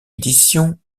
édition